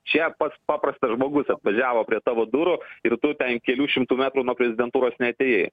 čia pats paprastas žmogus atvažiavo prie tavo durų ir tu ten kelių šimtų metrų nuo prezidentūros neatėjai